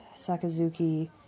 Sakazuki